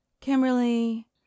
Kimberly